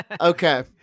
Okay